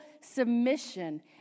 submission